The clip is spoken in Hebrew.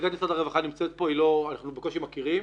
נציגת משרד הרווחה נמצאת פה, אנחנו בקושי מכירים.